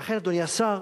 לכן, אדוני השר,